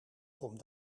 kom